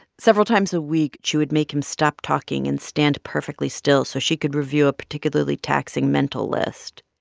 several times a week, she would make him stop talking and stand perfectly still so she could review a particularly taxing mental list.